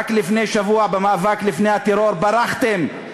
רק לפני שבוע, בחוק המאבק בטרור, ברחתם.